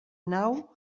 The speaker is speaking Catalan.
nau